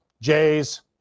Jays